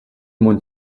мөн